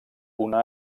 una